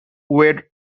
were